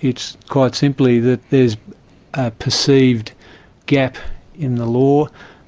it's quite simply that there is a perceived gap in the law